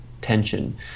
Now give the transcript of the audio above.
tension